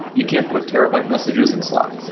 you can't put terabyte messages in slack.